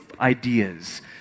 ideas